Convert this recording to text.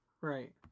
Right